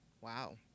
Wow